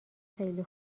خیلی